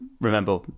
remember